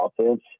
offense